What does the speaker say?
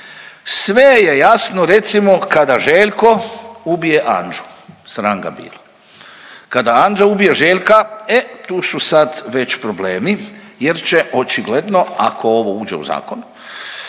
Sve je jasno recimo kada Željko ubije Anđu. Sram ga bilo. Kada Anđa ubije Željka, e tu su sad već problemi jer će očigledno ako ovo uđe u zakon